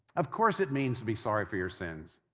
of course, it means to be sorry for your sins.